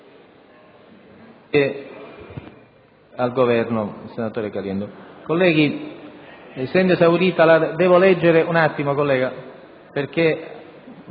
Grazie,